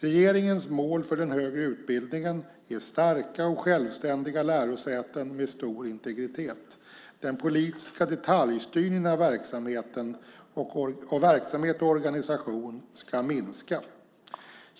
Regeringens mål för den högre utbildningen är starka och självständiga lärosäten med stor integritet. Den politiska detaljstyrningen av verksamhet och organisation ska minska.